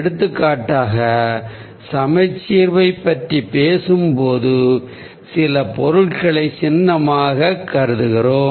எடுத்துக்காட்டாக சமச்சீர்வைப் பற்றி பேசும்போது சில பொருள்களைச் சின்னமாகக் கருதுகிறோம்